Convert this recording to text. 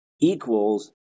equals